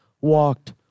walked